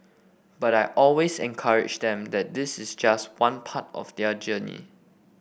but I always encourage them that this is just one part of their journey